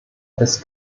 als